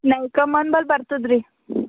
ನಾವು ಕಮಾಂದಲ್ಲಿ ಬರ್ತದರೀ